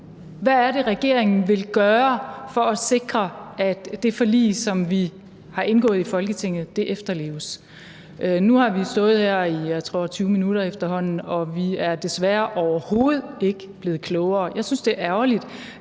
Hvad er det, regeringen vil gøre for at sikre, at det forlig, som vi har indgået i Folketinget, efterleves? Nu har vi stået her i efterhånden 20 minutter, tror jeg, og vi er desværre overhovedet ikke blevet klogere. Jeg synes, det er ærgerligt,